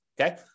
okay